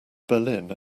berlin